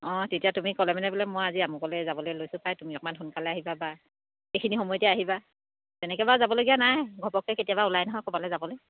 অঁ তেতিয়া তুমি ক'লে মানে বোলে মই আজি আমোকলৈ যাবলৈ লৈছোঁ পাই তুমি অকণমান সোনকালে আহিব বা সেইখিনি সময়তে আহিবা তেনেকৈ বাৰু যাবলগীয়া নাই ঘৰপকৈ কেতিয়াবা ওলাই নহয় ক'ৰবালৈ যাবলৈ